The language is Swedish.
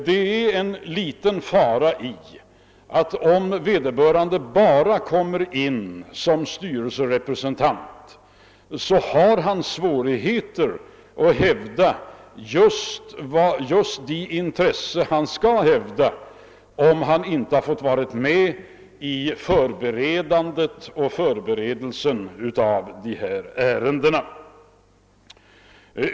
Det finns en liten risk att vederbörande, om han bara kommer in som styrelserepresentant och inte får vara med vid förberedandet av ärendena, har svårigheter att hävda just de intressen han har att hävda.